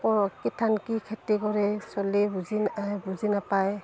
ক'ৰ কিঠান কি খেতি কৰে চলি বুজি না বুজি নাপায়